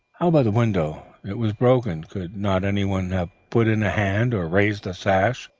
how about the window? it was broken could not anyone have put in a hand, or raised the sash?